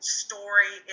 story